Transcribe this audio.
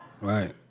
Right